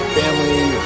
family